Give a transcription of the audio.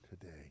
today